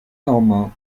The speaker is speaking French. normand